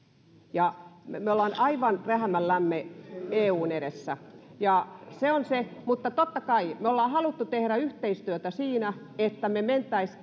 ja me olemme aivan rähmällämme eun edessä se on se mutta totta kai me olemme halunneet tehdä yhteistyötä siinä että menisimme